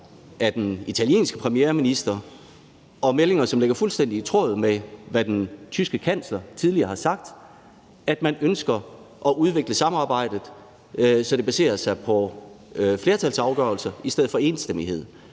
af den italienske premierminister, og det er meldinger, der ligger fuldstændig i tråd med, hvad den tyske kansler tidligere har sagt, nemlig at man ønsker at udvikle samarbejdet, så det baserer sig på flertalsafgørelse i stedet for enstemmighed